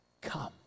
come